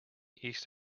east